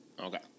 Okay